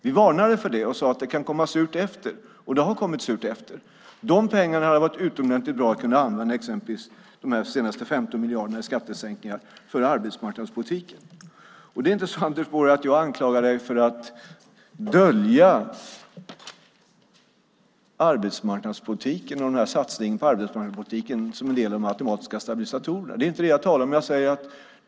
Vi varnade för det och sade att det kan komma surt efter. Det har kommit surt efter. De pengarna, de senaste 15 miljarderna för skattesänkningar, hade varit utomordentligt bra att kunna använda för arbetsmarknadspolitiken. Det är inte så, Anders Borg, att jag anklagar dig för att dölja arbetsmarknadspolitiken genom satsningen på arbetsmarknadspolitik som en del av de automatiska stabilisatorerna.